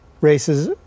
races